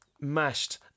mashed